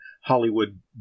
Hollywood